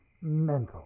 Mental